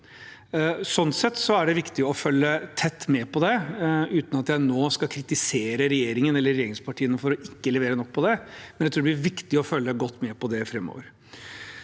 Sånn sett er det viktig å følge tett med på det, uten at jeg nå skal kritisere regjeringen eller regjeringspartiene for ikke å levere nok på det. Men jeg tror det blir viktig å følge godt med på det framover.